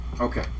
Okay